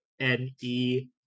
N-E